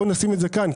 בואו נשים את זה כאן,